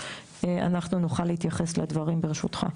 אנחנו נוכל להתייחס לדברים ברשותך.